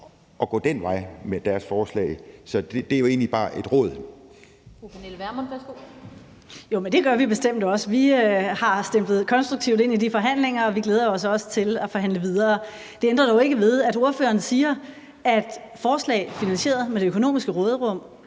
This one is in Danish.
Pernille Vermund, værsgo. Kl. 12:58 Pernille Vermund (NB): Men det gør vi bestemt også. Vi har stemplet konstruktivt ind i de forhandlinger, og vi glæder os også til at forhandle videre. Det ændrer dog ikke ved, at ordføreren siger, at forslag finansieret af det økonomiske råderum